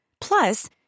Plus